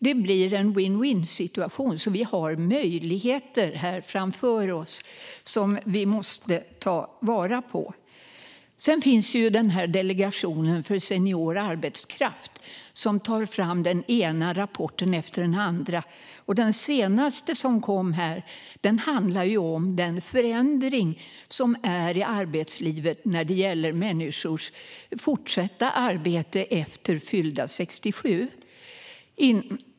Det blir en vinn-vinnsituation, och här finns möjligheter som vi måste ta vara på. Delegationen för senior arbetskraft tar fram den ena rapporten efter den andra. Den senaste handlar om förändringen i arbetslivet när det gäller människor som fortsätter att arbeta efter fyllda 67.